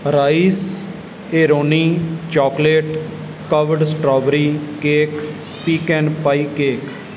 rice ਹੈਰੋਨੀ chocolate covered strawberry cake pecan pie cake